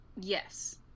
Yes